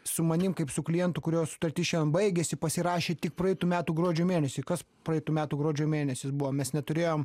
su manim kaip su klientu kurio sutartis šian baigėsi pasirašė tik praeitų metų gruodžio mėnesį kas praeitų metų gruodžio mėnesis buvo mes neturėjom